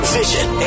vision